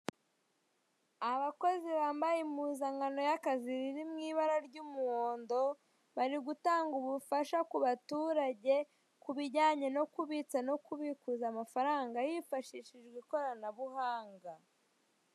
Abakozi bambaye impuzankano y'akazi riri mu ibara ry'umuhondo, bari gutanga ubufasha ku baturage ku bijyanye no kubitsa no kubikuza amafaranga hifashishijwe ikoranabuhanga.